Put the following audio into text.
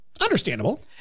Understandable